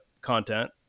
content